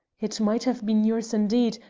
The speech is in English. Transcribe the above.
it might have been yours indeed,